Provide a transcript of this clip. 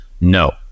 No